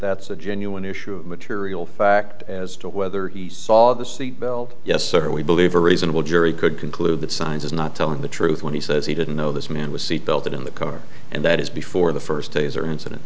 that's a genuine issue of material fact as to whether he saw the seatbelt yes sir we believe a reasonable jury could conclude that science is not telling the truth when he says he didn't know this man was seat belted in the car and that is before the first taser incident